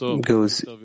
goes